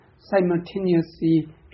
simultaneously